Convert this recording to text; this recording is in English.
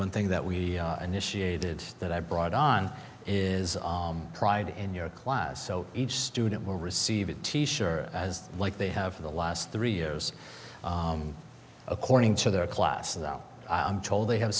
one thing that we initiated that i brought on is pride in your class so each student will receive it t sure as like they have for the last three years according to their class though i'm told they have